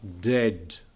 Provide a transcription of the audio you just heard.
dead